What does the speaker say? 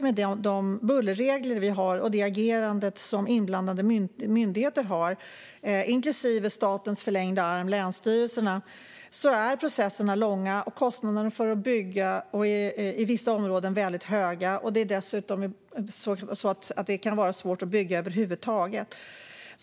Processerna är långa och kostnaderna för att bygga i vissa lägen är väldigt höga i dagsläget med de bullerregler vi har och det agerande som inblandade myndigheter har, inklusive statens förlängda arm länsstyrelserna. Dessutom kan det vara svårt att över huvud taget bygga.